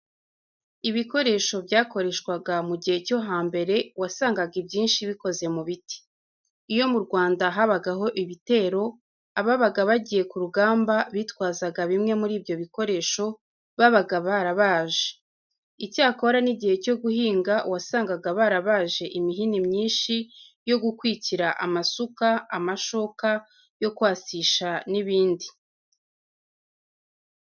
Ibikoresho byakoreshwaga mu gihe cyo hambere wasangaga ibyinshi bikoze mu biti. Iyo mu Rwanda habagaho ibitero, ababaga bagiye ku rugamba bitwazaga bimwe muri ibyo bikoresho babaga barabaje. Icyakora n'igihe cyo guhinga wasangaga barabaje imihini myinshi yo gukwikira amasuka, amashoka yo kwasisha n'ibindi.